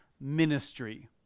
ministry